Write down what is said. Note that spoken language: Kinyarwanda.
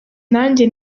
nanjye